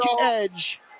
edge